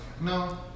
No